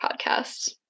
podcast